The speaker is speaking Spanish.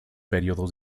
periodos